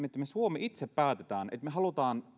että me suomi itse päätämme että me haluamme